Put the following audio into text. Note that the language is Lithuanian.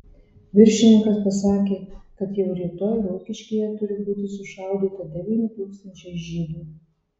viršininkas pasakė kad jau rytoj rokiškyje turi būti sušaudyta devyni tūkstančiai žydų